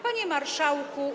Panie Marszałku!